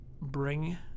bring